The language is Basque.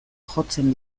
jotzen